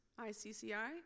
ICCI